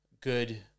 good